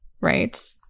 right